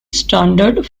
standard